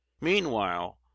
meanwhile